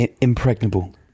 Impregnable